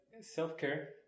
self-care